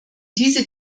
diese